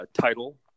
title